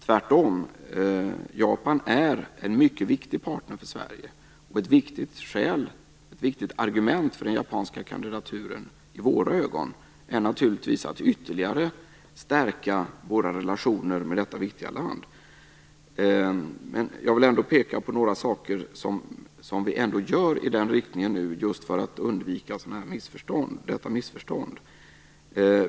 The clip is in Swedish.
Tvärtom är Japan en mycket viktig partner för Sverige. Ett viktigt argument för den japanska kandidaturen i våra ögon är naturligtvis att vi vill ytterligare stärka våra relationer med detta viktiga land. Jag vill ändå peka på några saker som vi gör i den riktningen nu, just för att undvika detta missförstånd.